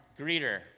greeter